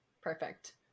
Perfect